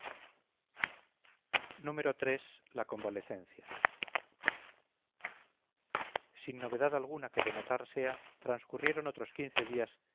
iii la convalecencia sin novedad alguna que de notar sea transcurrieron otros quince días